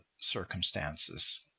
circumstances